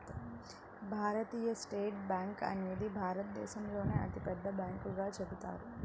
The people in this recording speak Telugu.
భారతీయ స్టేట్ బ్యేంకు అనేది భారతదేశంలోనే అతిపెద్ద బ్యాంకుగా చెబుతారు